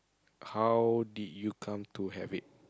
how did you come to have it